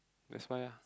that's why ah